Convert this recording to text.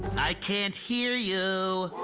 i can't hear you!